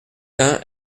tain